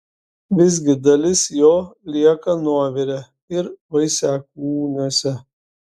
visgi dalis jo lieka nuovire ir vaisiakūniuose